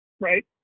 right